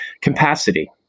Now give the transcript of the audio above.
capacity